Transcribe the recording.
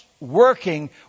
working